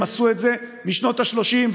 הם עשו את זה משנות השלושים,